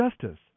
justice